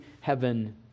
heaven